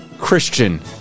Christian